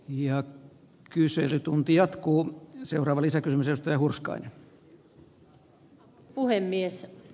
ja kyselytunti jatkua seuraava lisäkysymys arvoisa puhemies